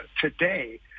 today